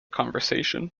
conversation